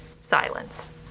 silence